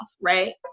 right